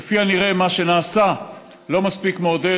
כפי הנראה, מה שנעשה לא מספיק מעודד.